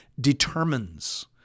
determines